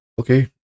Okay